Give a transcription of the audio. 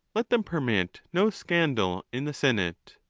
let them permit no scandal in the senate.